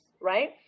right